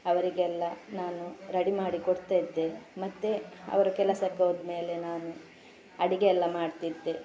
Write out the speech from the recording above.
ಅವರಿಗೆಲ್ಲ ನಾನು ರಡಿ ಮಾಡಿ ಕೊಡ್ತಾಯಿದ್ದೆ ಮತ್ತೆ ಅವರು ಕೆಲಸಕ್ಕೆ ಹೋದ್ಮೇಲೆ ನಾನು ಅಡುಗೆ ಎಲ್ಲ ಮಾಡ್ತಿದ್ದೆ